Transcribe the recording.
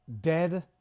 dead